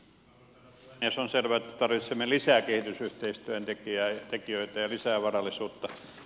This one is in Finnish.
on selvää että tarvitsemme lisää kehitysyhteistyön tekijöitä ja lisää varallisuutta